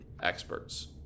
experts